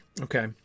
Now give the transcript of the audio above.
Okay